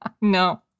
No